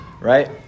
Right